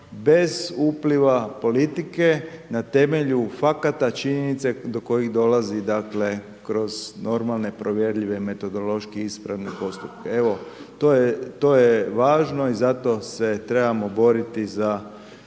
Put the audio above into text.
bez upliva politike, na temelju, fakata, činjenice do kojih dolazi, dakle kroz normalne provjerljive metodološki ispravne postupke. Evo to je važno i zato se trebamo boriti za